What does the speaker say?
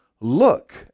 look